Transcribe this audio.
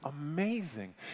amazing